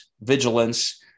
vigilance